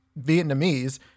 Vietnamese